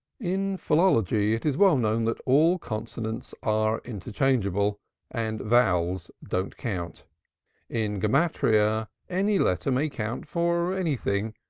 in philology it is well known that all consonants are interchangeable and vowels don't count in gematriyah any letter may count for anything,